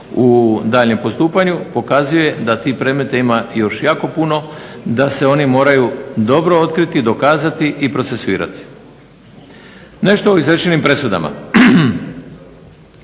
u daljnjem postupanju, pokazuje da tih predmeta ima još jako puno, da se oni moraju dobro otkriti, dokazati i procesuirati. Nešto o izrečenim presudama.